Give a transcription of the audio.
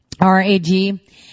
RAG